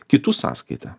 kitų sąskaita